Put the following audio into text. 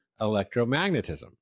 electromagnetism